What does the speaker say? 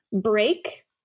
break